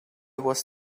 was